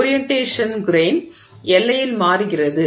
orientation grain எல்லையில் மாறுகிறது